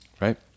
Right